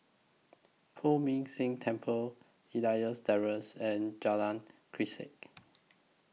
Poh Ming Tse Temple Elias Terrace and Jalan Grisek